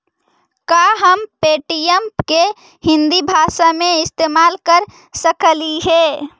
का हम पे.टी.एम के हिन्दी भाषा में इस्तेमाल कर सकलियई हे?